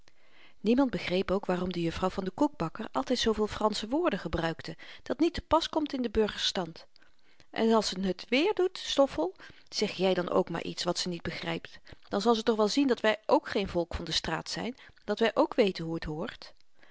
niemand begreep ook waarom de juffrouw van den koekbakker altyd zooveel fransche woorden gebruikte dat niet te pas komt in den burgerstand en als ze n t weer doet stoffel zeg jy dan ook maar iets wat ze niet begrypt dan zal ze toch zien dat wy k geen volk van de straat zyn en dat wy k weten hoe t hoort